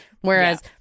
whereas